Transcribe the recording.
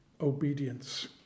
obedience